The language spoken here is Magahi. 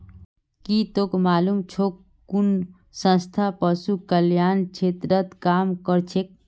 की तोक मालूम छोक कुन संस्था पशु कल्याण क्षेत्रत काम करछेक